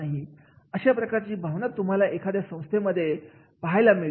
' अशा प्रकारची भावना तुम्हाला एखाद्या सर्वोत्तम संस्थेमध्ये पाहायला मिळते